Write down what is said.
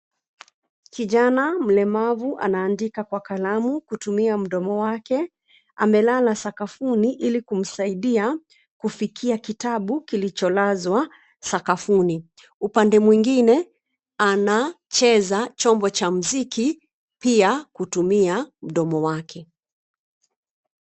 Kijana mlemavu anaandika kwa kalamu kutumia mdomo wake. Amelala sakafuni ili mumsaidia kufikia kitabu kilicholazwa sakafuni. Upande mwengine anacheza chombo za mziki pia kutumia mdomo wake.